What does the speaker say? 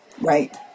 Right